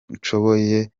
nshoboye